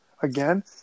again